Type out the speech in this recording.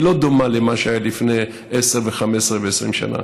זה לא דומה למה שהיה לפני עשר ו-15 ו-20 שנה.